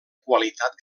qualitat